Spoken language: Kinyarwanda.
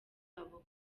abo